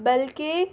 بلکہ